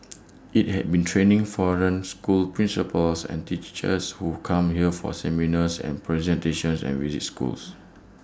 IT has been training foreign school principals and teachers who come here for seminars and presentations and visit schools